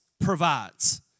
provides